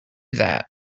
that